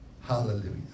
Hallelujah